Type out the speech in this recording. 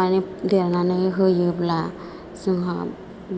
माने देरनानै होयोब्ला जोंहा